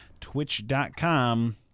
twitch.com